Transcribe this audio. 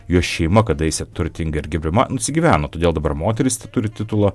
jos šeima kadaise turtinga ir gerbiama nusigyveno todėl dabar moteris teturi titulą